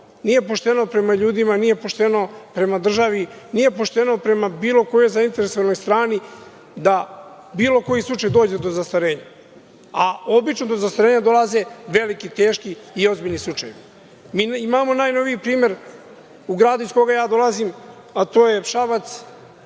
nije pošteno prema ljudima, nije pošteno prema državi, nije pošteno prema bilo kojoj zainteresovanoj strani da bilo koji slučaj dođe do zastarenja, a obično do zastarenja dolaze veliki, teški i ozbiljni slučajevi. Imamo najnoviji primer u gradu iz koga ja dolazim, a to je Šabac,